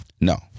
No